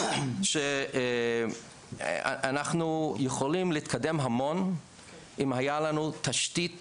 אנחנו יכולים להתקדם המון אם היה לנו תשתית